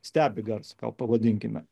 stebi garsą gal pavadinkime